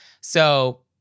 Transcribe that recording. So-